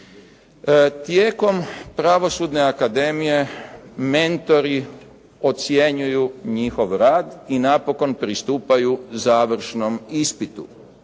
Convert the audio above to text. Tijekom Pravosudne akademije mentori ocjenjuju njihov rad i napokon pristupaju završnom ispitu.